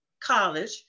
college